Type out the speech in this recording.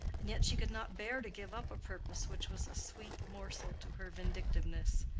and yet she could not bear to give up a purpose which was a sweet morsel to her vindictiveness.